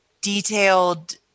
detailed